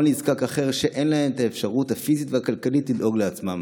נזקק אחר שאין להם את האפשרות הפיזית והכלכלית לדאוג לעצמם.